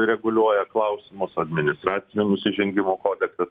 reguliuoja klausimus administracinių nusižengimų kodeksas